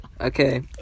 Okay